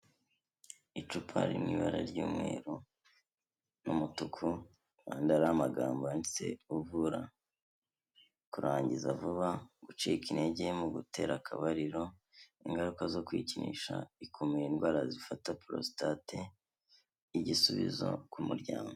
Icupa riri mu ibara ry'umweru n'umutuku, ku ruhande hari amagambo yanditse ko uvura kurangiza vuba, gucika intege mu gutera akabariro, ingaruka zo kwikinisha, ikumira indwara zifata porositate, igisubizo ku muryango.